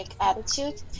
attitude